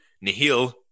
nihil